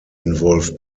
involve